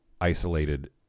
isolated